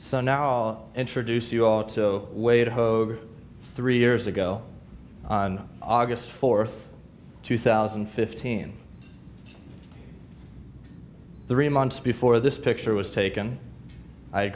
so now i'll introduce you all so wait hogue three years ago on august fourth two thousand and fifteen three months before this picture was taken i